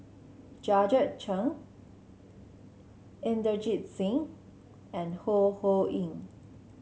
Georgette Chen Inderjit Singh and Ho Ho Ying